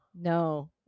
no